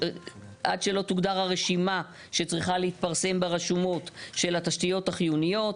עד שלא תוגדר הרשימה שצריכה להתפרסם ברשומות של התשתיות החיוניות,